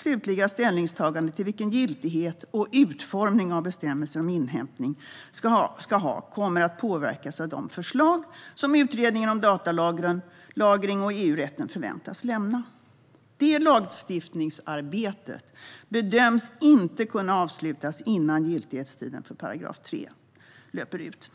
slutliga ställningstagandet om vilken giltighet och utformning bestämmelser om inhämtning ska ha kommer att påverkas av de förslag som Utredningen om datalagring och EU-rätten förväntas lämna. Det lagstiftningsarbetet bedöms inte kunna avslutas innan giltighetstiden för 3 § löper ut.